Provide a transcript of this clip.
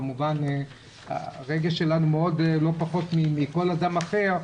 כמובן הרגש שלנו לא פחות מאשר כל אדם אחר.